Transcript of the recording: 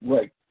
Right